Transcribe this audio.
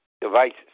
devices